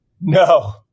No